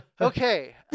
Okay